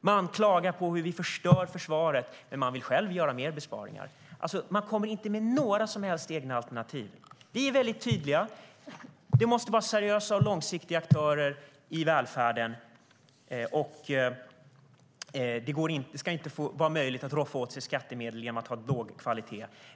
De klagar på hur vi förstör försvaret, men vill själva göra större besparingar. De kommer inte med några som helst egna alternativ. Vi är tydliga. Det måste vara seriösa och långsiktiga aktörer i välfärden, och det ska inte vara möjligt att roffa åt sig skattemedel genom att ha låg kvalitet.